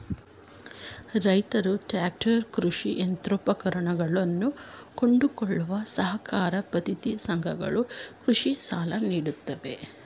ರೈತ್ರು ಟ್ರ್ಯಾಕ್ಟರ್, ಕೃಷಿ ಯಂತ್ರೋಪಕರಣಗಳನ್ನು ಕೊಂಡುಕೊಳ್ಳಲು ಸಹಕಾರಿ ಪತ್ತಿನ ಸಂಘಗಳು ಕೃಷಿ ಸಾಲ ನೀಡುತ್ತವೆ